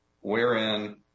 wherein